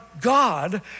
God